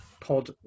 pod